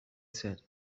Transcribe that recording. said